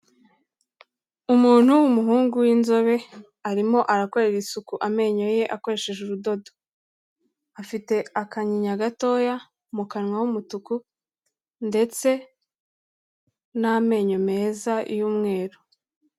Umuntu w'umuhungu w'inzobe arimo arakorera isuku amenyo ye akoresheje urudodo, afite akanyinya gatoya, mu kanwa h'umutuku ndetse n'amenyo meza y'umweru.